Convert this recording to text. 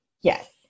Yes